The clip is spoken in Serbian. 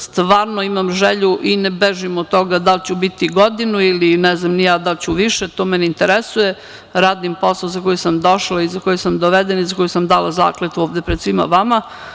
Stvarno imam želju i ne bežim od toga da li ću biti godinu ili više, to me ne interesuje, radim posao za koji sam došla i za koji sam dovedena, za koji sam dala zakletvu ovde pred svima vama.